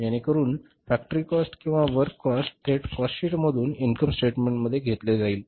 जेणेकरुन factory cost किंवा work cost थेट कॉस्ट शीट मधून इन्कम स्टेटमेंटमध्ये घेतली जाईल